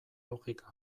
logika